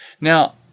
Now